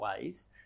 ways